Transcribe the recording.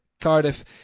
Cardiff